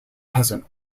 peasant